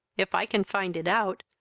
if i can find it out,